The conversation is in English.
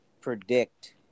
predict